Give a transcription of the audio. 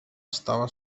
estava